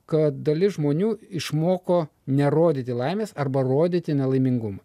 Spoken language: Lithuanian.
kad dalis žmonių išmoko nerodyti laimės arba rodyti nelaimingumą